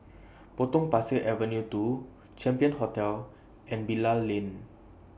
Potong Pasir Avenue two Champion Hotel and Bilal Lane